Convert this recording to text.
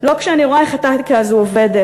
לא כשאני רואה איך הטקטיקה הזאת עובדת,